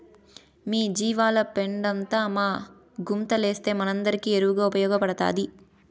మీ జీవాల పెండంతా మా గుంతలేస్తే మనందరికీ ఎరువుగా ఉపయోగపడతాది